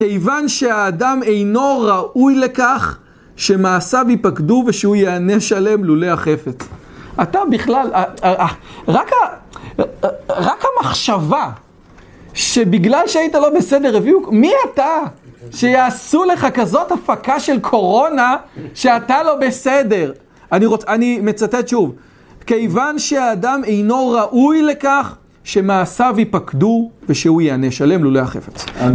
כיוון שהאדם אינו ראוי לכך, שמעשיו יפקדו, ושהוא יענש עליהם לולא החפץ. אתה בכלל... רק המחשבה, שבגלל שהיית לא בסדר, הביאו... מי אתה? שיעשו לך כזאת הפקה של קורונה, שאתה לא בסדר. אני רוצה... אני מצטט שוב. כיוון שהאדם אינו ראוי לכך, שמעשיו יפקדו, ושהוא יענש עליהם לולא החפץ.